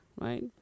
right